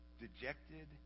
dejected